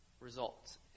results